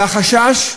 והחשש,